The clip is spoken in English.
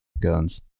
Guns